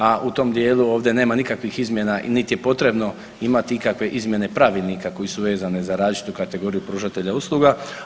A u tom dijelu ovdje nema nikakvih izmjena niti je potrebno imati ikakve izmjene pravilnika koje su vezane za različitu kategoriju pružatelja usluga.